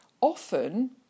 Often